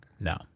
no